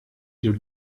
your